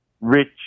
rich